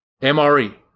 MRE